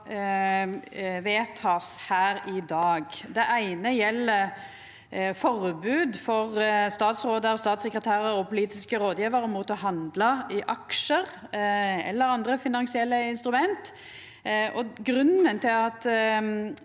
vedtakast her i dag. Det eine gjeld forbod for statsrådar, statssekretærar og politiske rådgjevarar mot å handla i aksjar eller andre finansielle instrument. Grunnen til at